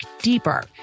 deeper